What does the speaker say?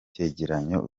cegeranyo